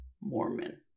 mormon